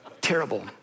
terrible